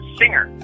singer